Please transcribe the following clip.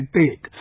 take